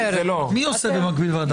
מי עושה במקביל ועדה אחרת?